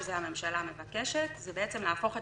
שזה הממשלה מבקשת זה בעצם להפוך את